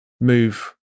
move